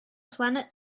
planet